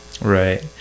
Right